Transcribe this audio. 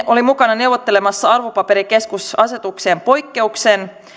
oli mukana neuvottelemassa arvopaperikeskusasetukseen poikkeuksen